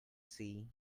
see